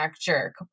jerk